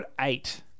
eight